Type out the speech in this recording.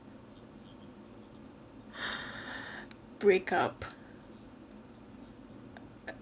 break up